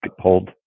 hold